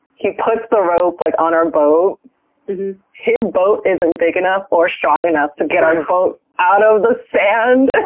he puts the rope like on our boat, but his boat isn't big enough or strong enough to get our boat out of the sand.